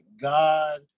God